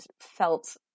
felt